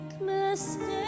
mistakes